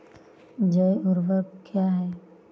जैव ऊर्वक क्या है?